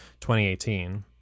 2018